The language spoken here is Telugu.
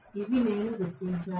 ఇవి నేను గుర్తించాను